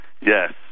Yes